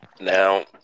Now